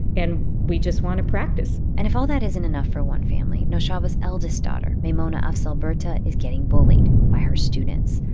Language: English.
and we just want to practice and if all that isn't enough for one family, noshaba's eldest daughter, maimona afzal berta, is getting bullied by her students.